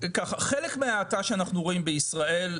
חלק מההאטה שאנחנו רואים בישראלית,